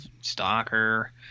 stalker